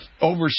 over